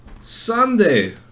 Sunday